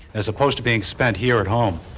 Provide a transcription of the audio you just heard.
as opposed to being spent here at home?